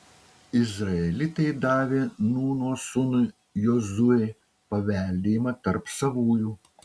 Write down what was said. izraelitai davė nūno sūnui jozuei paveldėjimą tarp savųjų